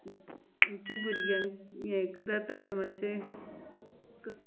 आमच्या भुरग्यांक हें जाता तें मातशें